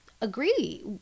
agree